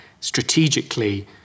strategically